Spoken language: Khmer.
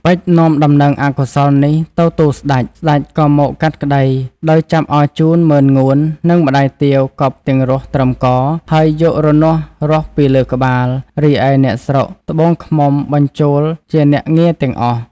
ពេជ្រនាំដំណឹងអកុសលនេះទៅទូលសេ្តច ស្តេចក៏មកកាត់ក្តី ដោយចាប់អរជូន ម៉ឺនងួន និងម្តាយទាវកប់ទាំងរស់ត្រឹមក ហើយយករនាស់រាស់ពីលើក្បាល រីឯអ្នកស្រុកត្បូងឃ្មុំបញ្ចូលជាអ្នកងារទាំងអស់ ។